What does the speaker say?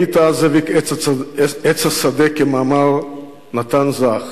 היית, זאביק, עץ השדה, כמאמר נתן זך: